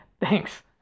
Thanks